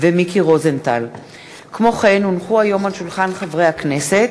כי הונחו היום על שולחן הכנסת,